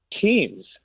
teams